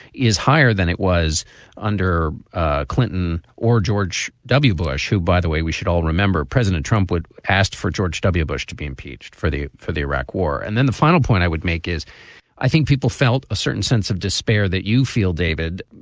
is higher than it was under clinton or george w. bush, who, by the way, we should all remember president trump would asked for george w. bush to be impeached for the for the iraq war. and then the final point i would make is i think people felt a certain sense of despair that you feel, david,